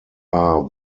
are